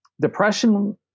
depression